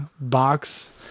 box